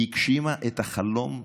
היא הגשימה את החלום,